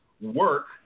work